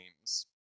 names